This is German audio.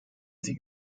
sie